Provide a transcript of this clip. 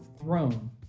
throne